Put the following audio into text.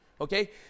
Okay